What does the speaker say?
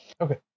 okay